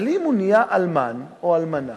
אבל אם הוא נהיה אלמן, או אלמנה,